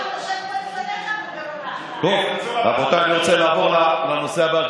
צודק, רבותיי, אני רוצה לעבור לנושא הבא.